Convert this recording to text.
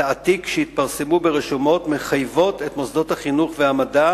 ותעתיק שהתפרסמו ברשומות מחייבות את מוסדות החינוך והמדע